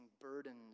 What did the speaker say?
burdens